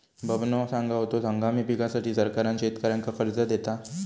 बबनो सांगा होतो, हंगामी पिकांसाठी सरकार शेतकऱ्यांना कर्ज देता